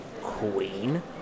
Queen